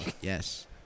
Yes